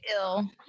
ill